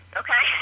okay